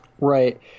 Right